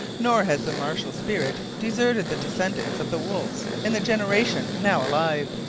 nor has the martial spirit deserted the descendants of the wolfes in the generation now alive.